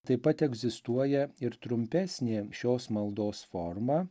taip pat egzistuoja ir trumpesnė šios maldos forma